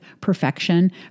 perfection